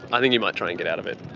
i think he might try and get out of it.